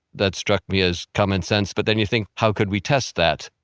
that struck me as common sense, but then you think how could we test that?